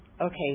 okay